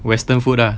western food ah